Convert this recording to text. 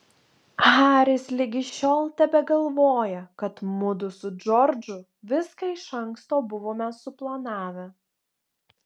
haris ligi šiol tebegalvoja kad mudu su džordžu viską iš anksto buvome suplanavę